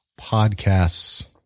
podcasts